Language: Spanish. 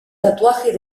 tatuaje